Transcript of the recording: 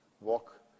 walk